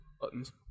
buttons